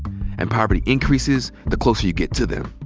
and poverty increases the closer you get to them.